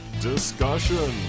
discussion